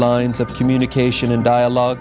lines of communication and dialogue